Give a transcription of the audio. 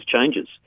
changes